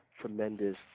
tremendous